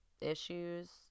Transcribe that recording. issues